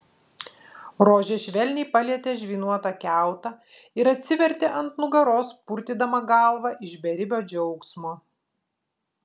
rožė švelniai palietė žvynuotą kiautą ir atsivertė ant nugaros purtydama galvą iš beribio džiaugsmo